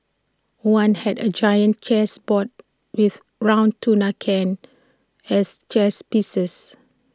one had A giant chess board with round tuna cans as chess pieces